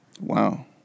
Wow